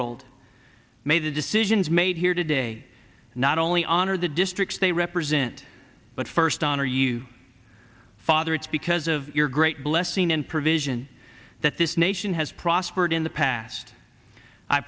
old made the decisions made here today not only honor the districts they represent but first honor you father it's because of your great blessing and provision that this nation has prospered in the past i